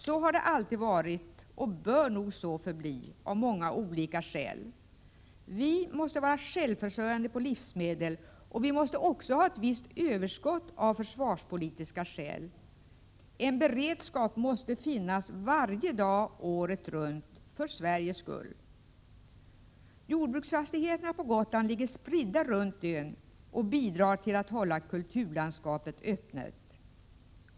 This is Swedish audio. Så har det alltid varit, och så bör det nog av många skäl också förbli. Vi måste vara självförsörjande på livsmedel. Vi måste av försvarspolitiska skäl också ha ett visst överskott. För Sveriges skull måste en beredskap finnas varje dag, året runt. Jordbruksfastigheterna på Gotland ligger spridda runt ön och bidrar till att behålla kulturlandskapet öppet.